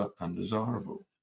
undesirable